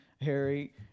Harry